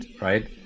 right